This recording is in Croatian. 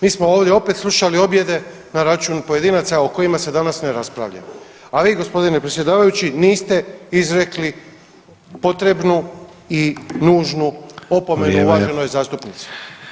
Mi smo ovdje opet slušali objede na račun pojedinaca o kojima se danas ne raspravlja, a vi g. predsjedavajući niste izrekli potrebnu i nužnu opomenu uvaženoj zastupnici.